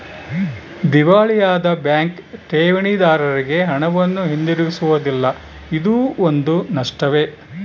ದಿವಾಳಿಯಾದ ಬ್ಯಾಂಕ್ ಠೇವಣಿದಾರ್ರಿಗೆ ಹಣವನ್ನು ಹಿಂತಿರುಗಿಸುವುದಿಲ್ಲ ಇದೂ ಒಂದು ನಷ್ಟವೇ